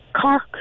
Cork